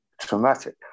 traumatic